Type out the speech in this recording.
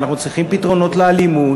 ואנחנו צריכים פתרונות לאלימות,